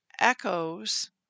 echoes